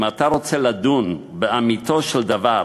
אם אתה רוצה לדון באמיתו של דבר